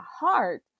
heart